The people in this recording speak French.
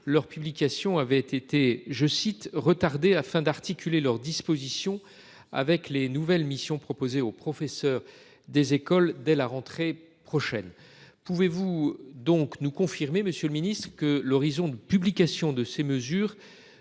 Leur publication avait été je cite retardé afin d'articuler leur disposition avec les nouvelles missions proposées aux professeurs des écoles dès la rentrée prochaine. Pouvez-vous donc nous confirmez Monsieur le Ministre que l'horizon de publication de ces mesures